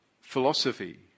philosophy